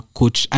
coach